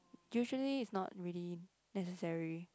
usually it's not really necessary